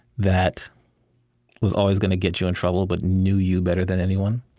that was always gonna get you in trouble, but knew you better than anyone.